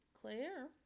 Claire